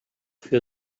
für